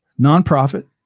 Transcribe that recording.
Nonprofit